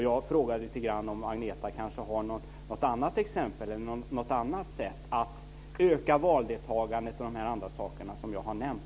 Jag vill fråga om Agneta har något annat att anvisa för att öka valdeltagandet eller andra förslag i de frågor som jag har nämnt.